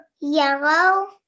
yellow